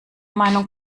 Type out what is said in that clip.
meinung